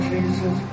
Jesus